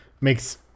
makes